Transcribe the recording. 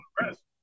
rest